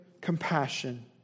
compassion